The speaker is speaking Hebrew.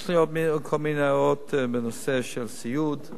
יש לי עוד כל מיני הערות בנושא של סיעוד,